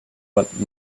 but